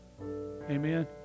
Amen